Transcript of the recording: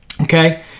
Okay